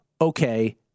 okay